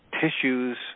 tissues